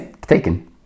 taken